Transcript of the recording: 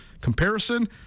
comparison